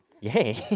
Yay